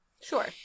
Sure